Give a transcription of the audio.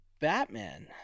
Batman